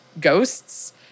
ghosts